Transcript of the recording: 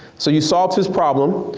so you solved his problem,